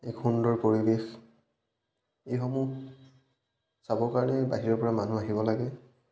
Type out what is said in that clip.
এক সুন্দৰ পৰিৱেশ এইসমূহ চাবৰ কাৰণে বাহিৰৰ পৰা মানুহ আহিব লাগে